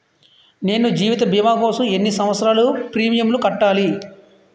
నేను జీవిత భీమా కోసం ఎన్ని సంవత్సారాలు ప్రీమియంలు కట్టాలి?